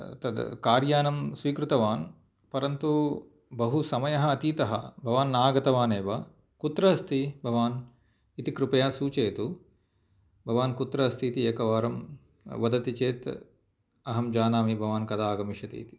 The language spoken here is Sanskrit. तद् कार्यानं स्वीकृतवान् परन्तु बहु समयः अतीतः भवान् न आगतवान् एव कुत्र अस्ति भवान् इति कृपया सूचयतु भवान् कुत्र अस्ति इति एकवारं वदति चेत् अहं जानामि भवान् कदा आगमिष्यति इति